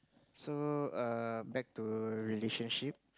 so err back to relationship